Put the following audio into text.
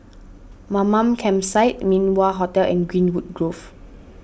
Mamam Campsite Min Wah Hotel and Greenwood Grove